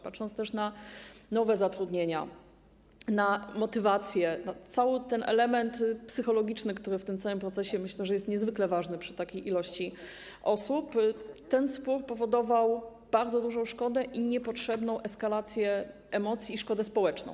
Patrząc też na nowe zatrudnienia, na motywację, na cały ten element psychologiczny, który w tym całym procesie, myślę, jest niezwykle ważny przy takiej liczbie osób, widać, że ten spór powodował bardzo dużą szkodę, niepotrzebną eskalację emocji i szkodę społeczną.